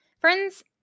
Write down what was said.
friends